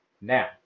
now